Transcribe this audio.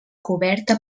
coberta